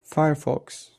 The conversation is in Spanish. firefox